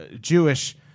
Jewish